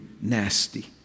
nasty